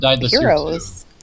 heroes